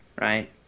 right